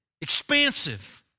expansive